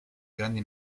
grandi